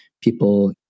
people